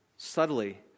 Subtly